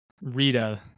Rita